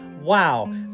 Wow